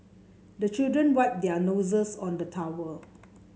the children wipe their noses on the towel